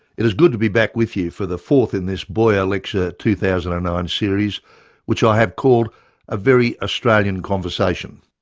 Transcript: it is good to be back with you for the fourth in this boyer lecture two thousand and nine series which i have called a very australian conversation.